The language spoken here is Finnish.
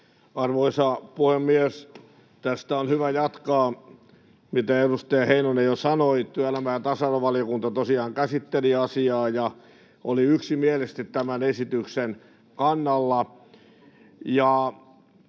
Arvoisa puhemies! On hyvä jatkaa tästä, mitä edustaja Heinonen jo sanoi. Työelämä- ja tasa-arvovaliokunta tosiaan käsitteli asiaa ja oli yksimielisesti tämän esityksen kannalla.